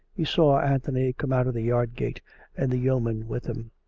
he saw anthony come out of the yard-gate and the yeoman with him.